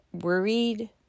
worried